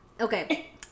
Okay